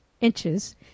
inches